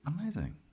Amazing